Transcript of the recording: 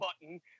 button